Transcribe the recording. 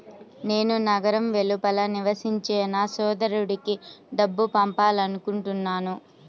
నేను నగరం వెలుపల నివసించే నా సోదరుడికి డబ్బు పంపాలనుకుంటున్నాను